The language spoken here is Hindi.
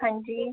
हाँ जी